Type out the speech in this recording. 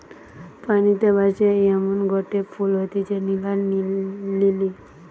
পানিতে ভাসে এমনগটে ফুল হতিছে নীলা লিলি